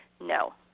No